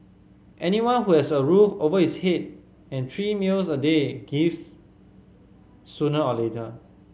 anyone who has a roof over his head and three meals a day gives sooner or later